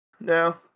now